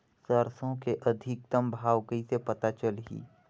सरसो के अधिकतम भाव कइसे पता चलही?